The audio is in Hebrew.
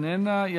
אינה נוכחת.